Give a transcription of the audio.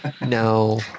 No